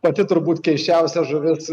pati turbūt keisčiausia žuvis